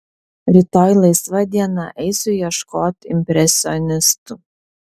rytoj laisva diena eisiu ieškot impresionistų